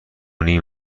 نیم